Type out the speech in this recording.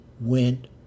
went